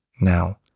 now